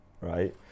right